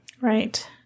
Right